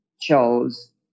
chose